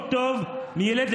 יש לך סיבה טובה לכעוס.